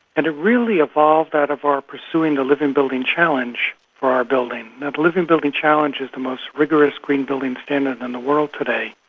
and it really evolved out of our pursuing the living building challenge for our building. ah the living building challenge is the most rigorous green building standard in the world today,